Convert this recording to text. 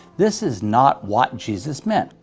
this is not what jesus meant,